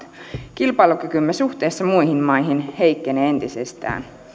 kilpailukykymme suhteessa muihin maihin heikkenee entisestään